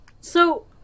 So-